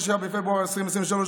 6 בפברואר 2023,